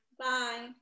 bye